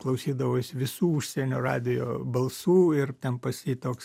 klausydavosi visų užsienio radijo balsų ir ten pas jį toks